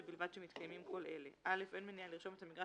ובלבד שמתקיימים כל אלה: (א)אין מניעה לרשום את המגרש